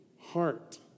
heart